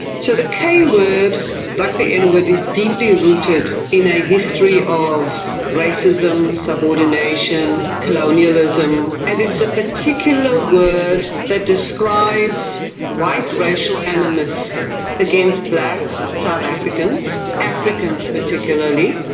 so the k-word, like the n-word, is deeply rooted in a history of racism, subordination, colonialism, and it's a particular word that describes white racial animus against black south africans, africans particularly.